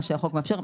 מה שהחוק מאפשר,